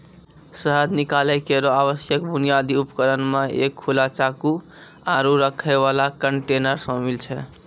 शहद निकालै केरो आवश्यक बुनियादी उपकरण म एक खुला चाकू, आरु रखै वाला कंटेनर शामिल छै